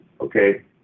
Okay